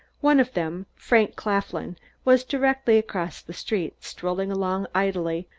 one of them frank claflin was directly across the street, strolling along idly,